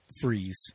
Freeze